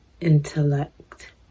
intellect